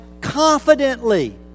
confidently